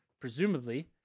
presumably